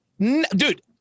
Dude